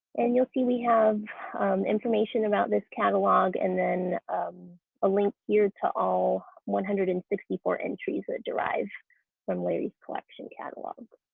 and you'll see we have information about this catalog and then a link here to all one hundred and sixty four entries that derives from larry's collection catalog.